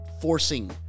forcing